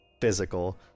physical